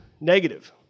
negative